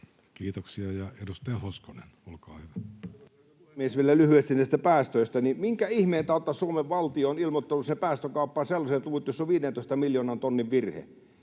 Kiitoksia. — Ja edustaja Hoskonen, olkaa hyvä. Arvoisa herra puhemies! Vielä lyhyesti näistä päästöistä. Minkä ihmeen tautta Suomen valtio on ilmoittanut sinne päästökauppaan sellaiset luvut, joissa on 15 miljoonan tonnin virhe?